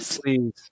Please